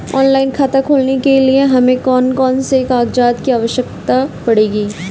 Online खाता खोलने के लिए हमें कौन कौन से कागजात की आवश्यकता पड़ेगी?